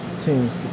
teams